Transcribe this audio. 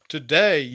Today